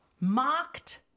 mocked